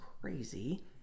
crazy